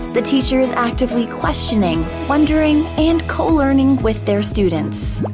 the teacher is actively questioning, wondering, and co-learning with their students.